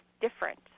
different